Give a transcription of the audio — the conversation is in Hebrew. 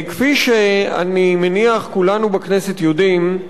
כפי שאני מניח, כולנו בכנסת יודעים,